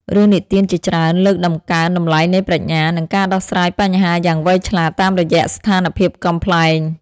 រឿងនិទានជាច្រើនលើកតម្កើងតម្លៃនៃប្រាជ្ញា និងការដោះស្រាយបញ្ហាយ៉ាងវៃឆ្លាត តាមរយៈស្ថានភាពកំប្លែង។